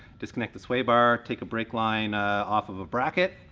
disconnect the sway bar, take a brake line off of a bracket,